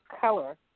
color